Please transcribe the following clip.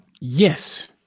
Yes